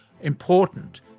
important